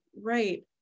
right